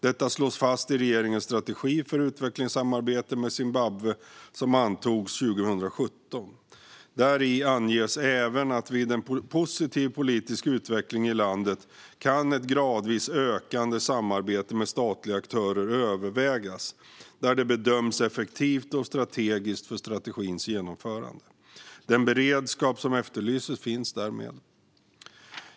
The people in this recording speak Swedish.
Detta slås fast i regeringens strategi för utvecklingssamarbetet med Zimbabwe, som antogs 2017. Däri anges även att vid en positiv politisk utveckling i landet kan ett gradvis ökande samarbete med statliga aktörer övervägas, där det bedöms effektivt och strategiskt för strategins genomförande. Den beredskap som efterlyses finns därmed.